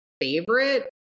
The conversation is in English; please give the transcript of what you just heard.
favorite